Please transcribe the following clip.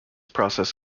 process